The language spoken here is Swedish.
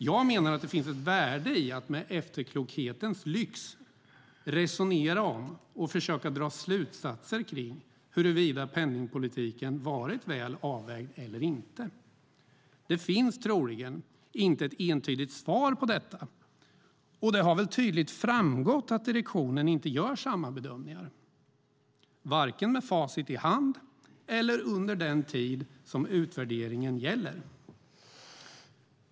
Jag menar att det finns ett värde i att med efterklokhetens lyx resonera om och försöka dra slutsatser kring huruvida penningpolitiken varit väl avvägd eller inte. Det finns troligen inte ett entydigt svar på detta, och det har väl tydligt framgått att direktionen inte gör samma bedömningar, varken med facit i hand eller under den tid som utvärderingen gäller.